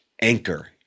anchor